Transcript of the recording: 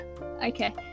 Okay